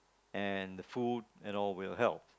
and the food you know will help